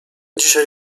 dzisiaj